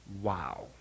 wow